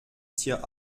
tier